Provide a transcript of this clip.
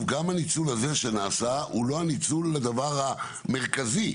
הניצול הזה שנעשה הוא לא הניצול לדבר המרכזי,